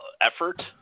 effort